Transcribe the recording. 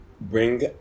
bring